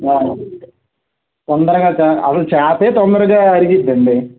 తొందరగా అసలు చేప తొందరగా అరిగిద్దండి